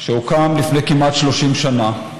שהוקם לפני כמעט 30 שנה.